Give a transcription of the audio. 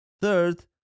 Third